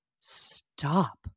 stop